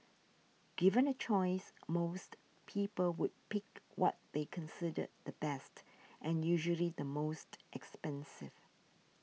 given a choice most people would pick what they consider the best and usually the most expensive